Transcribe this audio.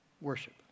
worship